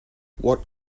what